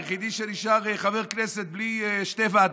הוא היחיד שנשאר חבר כנסת בלי שתי ועדות,